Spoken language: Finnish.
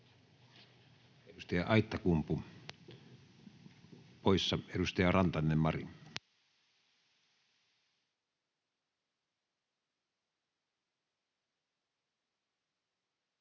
Edustaja Aittakumpu poissa. — Edustaja Rantanen, Mari.